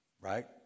right